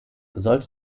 sollte